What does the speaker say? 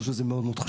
זה חשוב מאוד.